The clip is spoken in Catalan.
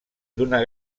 d’una